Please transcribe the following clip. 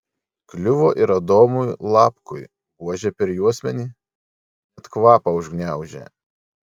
kliuvo ir adomui lapkui buože per juosmenį net kvapą užgniaužė